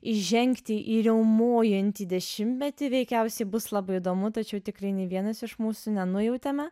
įžengti į riaumojantį dešimtmetį veikiausiai bus labai įdomu tačiau tikrai nė vienas iš mūsų nenujautėme